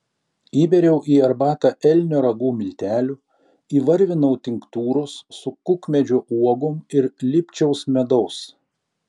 įbėriau į arbatą elnio ragų miltelių įvarvinau tinktūros su kukmedžio uogom ir lipčiaus medaus